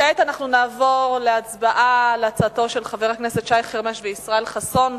כעת אנחנו נעבור להצבעה על הצעתם של חברי הכנסת שי חרמש וישראל חסון,